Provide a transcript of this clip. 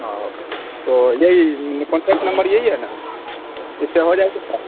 ہاں تو یہی کانٹیکٹ نمبر یہی ہے نا اس سے ہو جائے گی بات